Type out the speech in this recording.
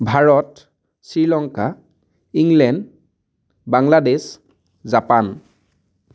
Bharat Sri Lanka England Bangladesh Japan